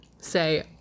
say